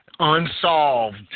Unsolved